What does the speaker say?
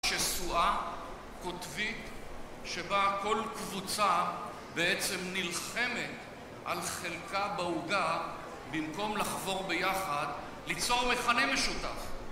שסועה, קוטבית, שבה כל קבוצה בעצם נלחמת על חלקה בעוגה במקום לחבור ביחד, ליצור מכנה משותף